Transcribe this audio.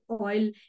oil